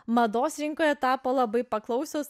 mados rinkoje tapo labai paklausios